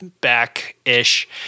back-ish